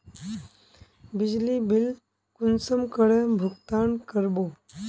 बिजली बिल कुंसम करे भुगतान कर बो?